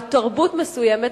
או תרבות מסוימת,